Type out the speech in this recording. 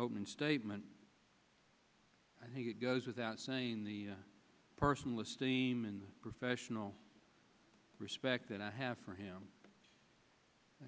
opening statement i think it goes without saying the person listed eamonn the professional respect that i have for him